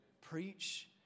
Preach